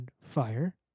fire